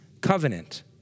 covenant